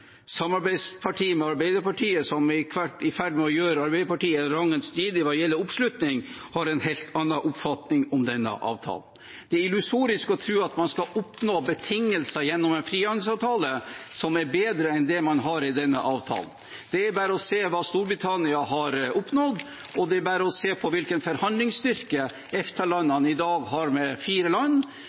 med Arbeiderpartiet, som er i ferd med å gjøre Arbeiderpartiet rangen stridig hva gjelder oppslutning, har en helt annen oppfatning om denne avtalen. Det er illusorisk å tro at man skal oppnå betingelser gjennom en frihandelsavtale som er bedre enn det man har i denne avtalen. Det er bare å se på hva Storbritannia har oppnådd, og det er bare å se på hvilken forhandlingsstyrke EFTA-landene i dag har med fire land,